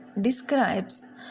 describes